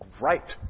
right